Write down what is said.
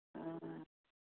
ஆ